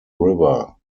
river